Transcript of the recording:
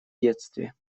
детстве